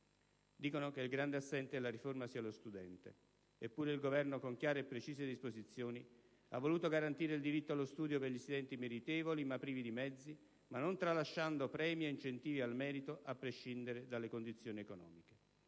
Dicono che il grande assente della riforma sia lo studente. Eppure il Governo con chiare e precise disposizioni ha voluto garantire il diritto allo studio per gli studenti meritevoli, ma privi di mezzi, ma non tralasciando premi e incentivi al merito a prescindere dalle condizioni economiche.